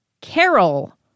Carol